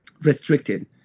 restricted